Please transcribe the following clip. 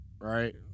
right